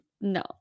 no